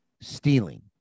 stealing